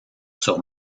sur